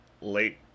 late